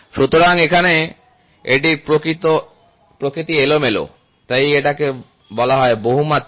সুতরাং এখানে এটির প্রকৃতি এলোমেলো তাই এটিকে বলা হয় বহুমাত্রিক